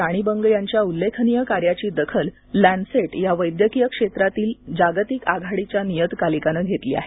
राणी बंग यांच्या उल्लेखनीय कार्याची दखल लॅन्सेट या वैद्यकीय क्षेत्रातील जागतिक आघाडीच्या नियतकालिकाने घेतली आहे